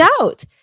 out